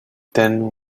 then